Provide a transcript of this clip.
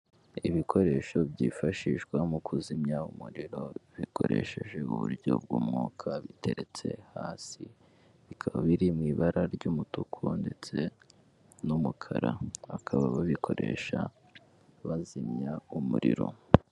Ibikoresho byifashishwa mu kuzimya umuriro bikoresheje uburyo bw'umwuka biteretse hasi, bikaba biri mu ibara ry'umutuku ndetse n'umukara bakaba babikoresha bazimya umuriro.